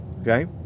okay